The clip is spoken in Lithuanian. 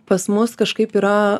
pas mus kažkaip yra